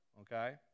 okay